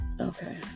Okay